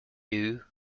and